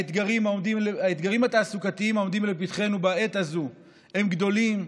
האתגרים התעסוקתיים העומדים לפתחנו בעת הזו הם גדולים.